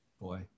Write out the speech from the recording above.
boy